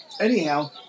anyhow